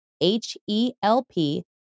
H-E-L-P